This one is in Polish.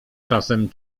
czasem